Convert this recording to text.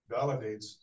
validates